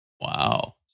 Wow